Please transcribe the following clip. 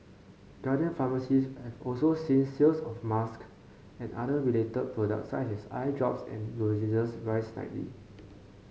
Guardian pharmacies have also seen sales of masks and other related products such as eye drops and lozenges rise slightly